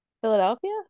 Philadelphia